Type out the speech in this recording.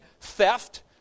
theft